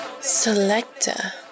Selector